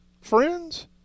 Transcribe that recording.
friends